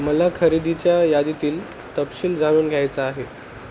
मला खरेदीच्या यादीतील तपशील जाणून घ्यायचा आहे